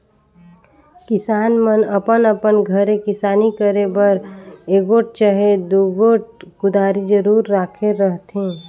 किसान मन अपन अपन घरे किसानी करे बर एगोट चहे दुगोट कुदारी जरूर राखे रहथे